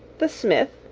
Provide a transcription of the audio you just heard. the smith,